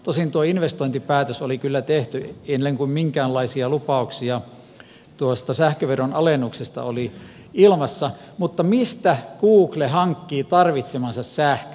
tosin tuo investointipäätös oli kyllä tehty ennen kuin minkäänlaisia lupauksia sähköveron alennuksesta oli ilmassa mutta mistä google hankkii tarvitsemansa sähkön